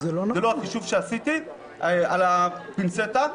זה לא החישוב שעשיתי על הפינצטה,